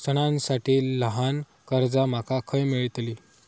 सणांसाठी ल्हान कर्जा माका खय मेळतली?